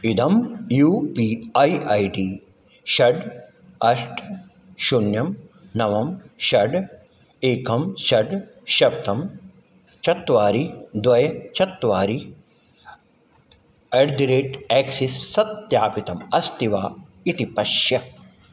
इदं U P I ID षड् अष्ट शून्यं नव षड् एकं षड् सप्तं चत्वारि द्वय चत्वारि एट् दि रेट् एक्सिस् सत्यापितम् अस्ति वा इति पश्य